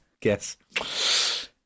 guess